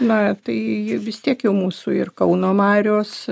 na tai vis tiek jau mūsų ir kauno marios